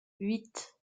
huit